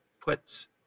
puts